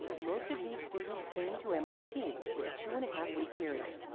most of these students came to mit for a two and a half week period.